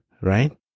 right